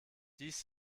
dies